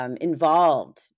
Involved